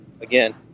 again